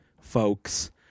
folks